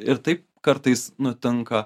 ir taip kartais nutinka